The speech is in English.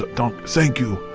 dank thank you,